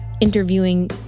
interviewing